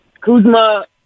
Kuzma